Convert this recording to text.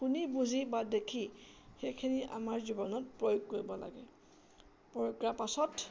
শুনি বুজি বা দেখি সেইখিনি আমাৰ জীৱনত প্ৰয়োগ কৰিব লাগে প্ৰয়োগ কৰিব লাগে